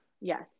Yes